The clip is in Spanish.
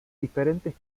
diferentes